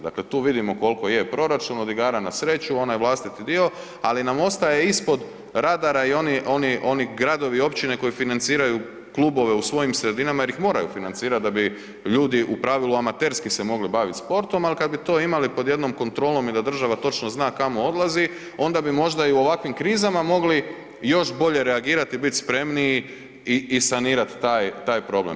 Dakle, tu vidimo kolko je proračun od igara na sreću, onaj vlastiti dio, ali nam ostaj ispod radara i oni, oni, oni gradovi i općine koji financiraju klubove u svojim sredinama jer ih moraju financirat da bi ljudi u pravilu amaterski se mogli bavit sportom, al kad bi to imali pod jednom kontrolom i da država točno zna kamo odlazi onda bi možda i u ovakvim krizama mogli još bolje reagirati i bit spremniji i sanirat taj, taj problem.